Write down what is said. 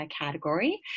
category